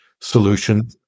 solution